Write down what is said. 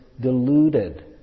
deluded